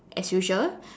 as usual